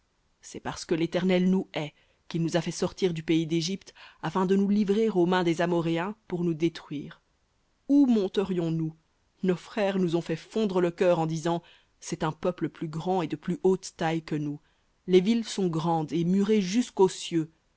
c'est parce que l'éternel nous hait qu'il nous a fait sortir du pays d'égypte afin de nous livrer aux mains des amoréens pour nous détruire où monterions nous nos frères nous ont fait fondre le cœur en disant un peuple plus grand et de plus haute taille que nous les villes sont grandes et murées jusqu'aux cieux